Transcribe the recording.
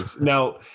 Now